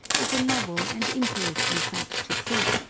is a novel and interesting sight to see.